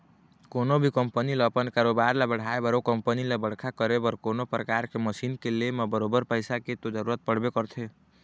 कोनो भी कंपनी ल अपन कारोबार ल बढ़ाय बर ओ कंपनी ल बड़का करे बर कोनो परकार के मसीन के ले म बरोबर पइसा के तो जरुरत पड़बे करथे